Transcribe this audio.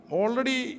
already